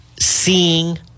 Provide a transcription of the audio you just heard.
seeing